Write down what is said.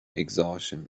exhaustion